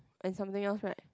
and something else right